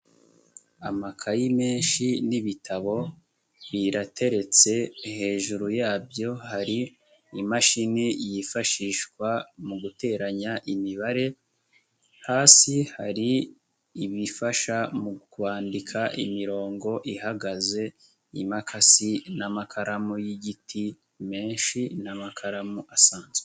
Amakayi menshi n'ibitabo birateretse, hejuru yabyo hari imashini yifashishwa mu guteranya imibare, hasi hari ibifasha mu kwandika imirongo ihagaze, imakasi n'amakaramu y'igiti menshi, n'amakaramu asanzwe.